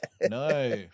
No